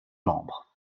membres